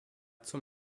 zum